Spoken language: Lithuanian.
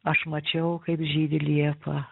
aš mačiau kaip žydi liepa